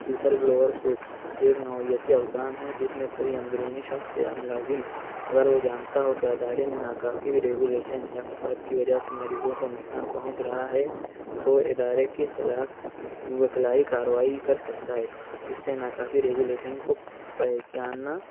یہ ایک نوعیتی اقدام ہے جس میں کوئی اندرونی شخص یا ملازم اگر وہ جانتا ہو کہ ادارے میں ناکافی ریگولیشن یا فساد کی وجہ سے مریضوں کو نقصان پہنچ رہا ہے تو ادارے کے خلاف وکلائی کارروائی کر سکتا ہے اس سے ناکافی ریگولیشن کو پہچاننا